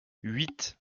huit